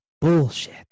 bullshit